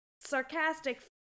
sarcastic